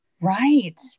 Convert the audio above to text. Right